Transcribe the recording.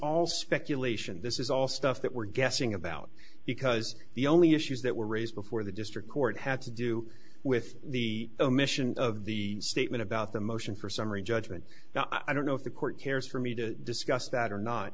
all speculation this is all stuff that we're guessing about because the only issues that were raised before the district court had to do with the omission of the statement about the motion for summary judgment i don't know if the court cares for me to discuss that or not